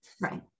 Right